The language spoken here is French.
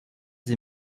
des